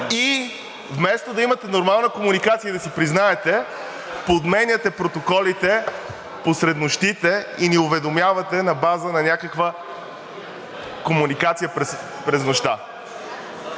и вместо да имате нормална комуникация и да си признаете, променяте протоколите посред нощите и ни уведомявате на база на някаква комуникация през нощта.